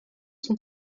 sont